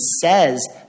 says